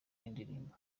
n’indirimbo